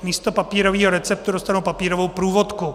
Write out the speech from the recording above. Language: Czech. Místo papírového receptu dostanou papírovou průvodku.